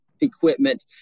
equipment